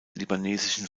libanesischen